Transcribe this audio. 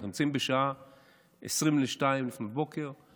אנחנו נמצאים בשעה 01:40 לפנות בוקר.